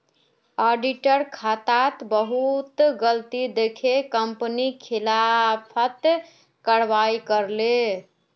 auditor खातात बहुत गलती दखे कंपनी खिलाफत कारवाही करले